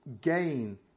gain